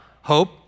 Hope